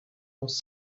was